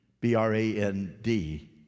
B-R-A-N-D